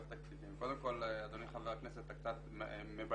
קודם כל, אדוני חבר הכנסת, אתה קצת מבלבל.